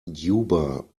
juba